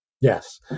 Yes